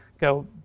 go